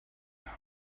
now